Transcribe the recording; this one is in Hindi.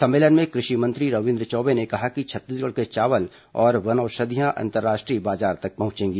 सम्मेलन में कृषि मंत्री रविन्द्र चौबे ने कहा कि छत्तीसगढ़ के चावल और वनौषधियां अंतर्राष्ट्रीय बाजार तक पहंचेंगी